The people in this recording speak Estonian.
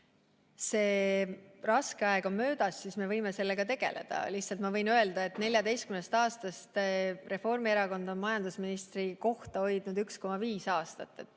see raske aeg on möödas, siis me võime sellega tegeleda. Lihtsalt ma võin öelda, et 14 aasta jooksul on Reformierakond majandusministri kohta hoidnud 1,5 aastat.